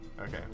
Okay